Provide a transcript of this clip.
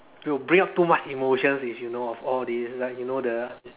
will bring up too much emotion if you know of all these like you know the